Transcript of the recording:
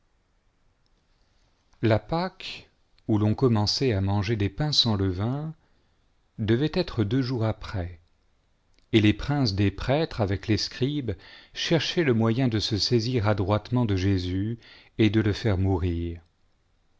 la pâque ou von commençait à manger des pains sans leyain devait être deux jours après et les princes des prêtres ayec les scribes cherchaient le moyen de se saisir adroitement de jésus et de le faire mourir